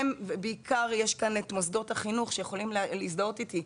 ובעיקר יש כאן את מוסדות החינוך שיכולים להזדהות איתי,